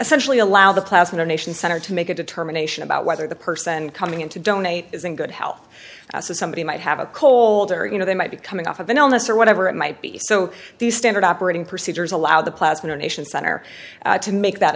essentially allow the class in a nation center to make a determination about whether the person coming in to donate is in good health somebody might have a cold or you know they might be coming off of an illness or whatever it might be so the standard operating procedures allow the plasma donation center to make that